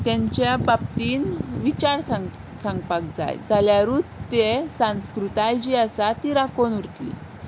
तांच्या बाबतीन विचार सांग सांगपाक जाय जाल्यारूच ती सांस्कृताय जी आसा ती राखून उरतली